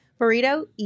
Burrito